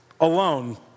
alone